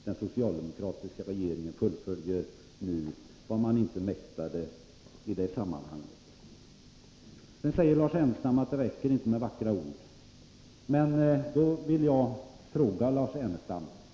Den socialdemokratiska regeringen fullföljer nu vad den dåvarande regeringen inte mäktade. Lars Ernestam säger vidare att det inte räcker med vackra ord.